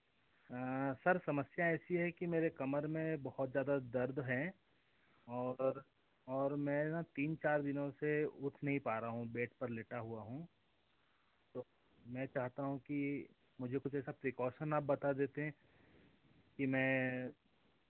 sir समस्या ऐसी है कि मेरे कमर में बहुत ज़्यादा दर्द है और और मैं ना तीन चार दिनों से उठ नहीं पा रहा हूँ बेड पर लेटा हुआ हूँ तो मैं चाहता हूँ कि मुझे कुछ ऐसा प्रिकॉशन आप बता देते कि मैं